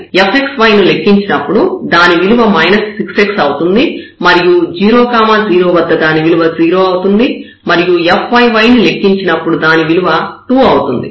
fxy ని లెక్కించినప్పుడు దాని విలువ 6x అవుతుంది మరియు 0 0 వద్ద దాని విలువ 0 అవుతుంది మరియు fyy ని లెక్కించినప్పుడు దాని విలువ 2 అవుతుంది